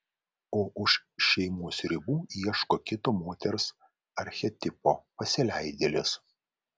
o už šeimos ribų ieško kito moters archetipo pasileidėlės